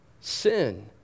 sin